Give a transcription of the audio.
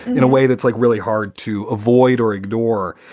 in a way that's like really hard to avoid or ignore.